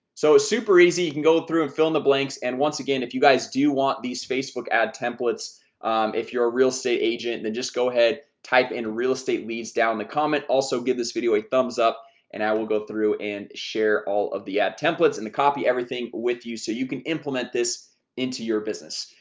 so it's super easy you can go through and fill in the blanks and once again if you guys do want these facebook ad templates if you're a real estate agent then just go ahead type in real estate leads down in the comment also give this video a thumbs up and i will go through and share all of the ad templates and the copy everything with you so you can implement this into your business.